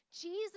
jesus